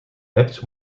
hebt